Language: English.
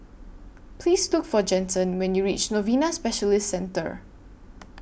Please Look For Jensen when YOU REACH Novena Specialist Centre